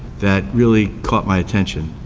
that really caught my attention.